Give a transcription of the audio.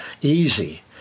easy